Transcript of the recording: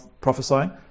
prophesying